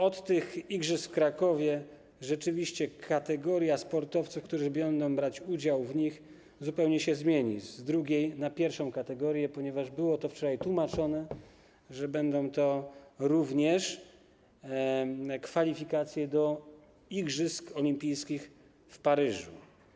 Od tych igrzysk w Krakowie rzeczywiście kategoria sportowców, którzy będą brać w nich udział, zupełnie się zmieni, z drugiej na pierwszą kategorię, ponieważ, jak to było wczoraj tłumaczone, będą to również kwalifikacje do igrzysk olimpijskich w Paryżu.